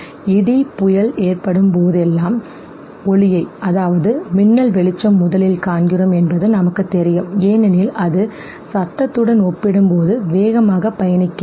இடி புயல் ஏற்படும் போதெல்லாம் ஒளியை மின்னல் வெளிச்சம் முதலில் காண்கிறோம் என்பது நமக்குத் தெரியும் ஏனெனில் அது ஒலியுடன்சத்தம் ஒப்பிடும்போது வேகமாகப் பயணிக்கிறது